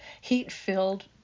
Heat-filled